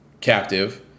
captive